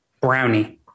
Brownie